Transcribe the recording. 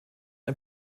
ein